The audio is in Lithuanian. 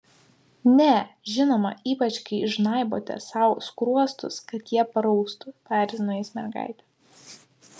ne žinoma ypač kai žnaibote sau skruostus kad jie paraustų paerzino jis mergaitę